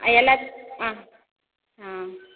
ஆ எல்லாத்து ஆ ஆ